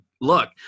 look